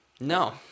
No